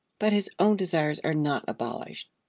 but his own desires are not abolished.